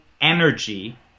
energy